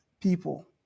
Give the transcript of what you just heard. people